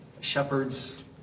shepherds